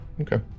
Okay